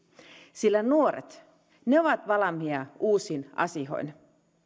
nuoret ovat valmiita uusiin asioihin